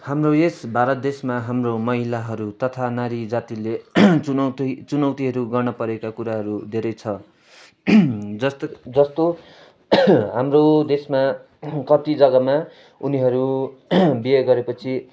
हाम्रो यस भारत देशमा हाम्रो महिलाहरू तथा नारी जातिले चुनौती चुनौतीहरू गर्न परेका कुराहरू धेरै छ जस्तो जस्तो हाम्रो देशमा कति जग्गामा उनीहरू बिहे गरेपछि